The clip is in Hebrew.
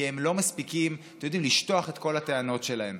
כי הם לא מספיקים לשטוח את כל הטענות שלהם.